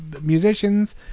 musicians